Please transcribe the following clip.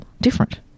different